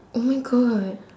oh my god